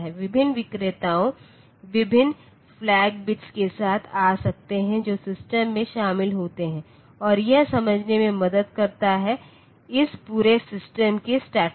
विभिन्न विक्रेताओं विभिन्न फ्लैग बिट्स के साथ आ सकते हैं जो सिस्टम में शामिल होते हैं और यह समझने में मदद करता है इस पूरे सिस्टम की स्टेटस